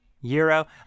euro